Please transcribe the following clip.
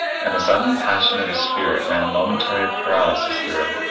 and the sudden passion of his spirit ran a momentary paralysis through him,